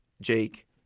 Jake